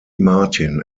martin